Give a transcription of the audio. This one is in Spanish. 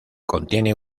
contiene